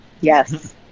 Yes